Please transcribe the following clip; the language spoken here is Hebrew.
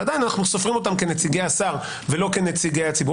ועדיין אנחנו סופרים אותם כנציגי השר ולא כנציגי הציבור,